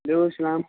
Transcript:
hello السلام